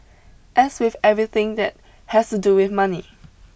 as with everything that has to do with money